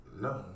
no